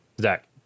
Zach